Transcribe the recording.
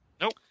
Nope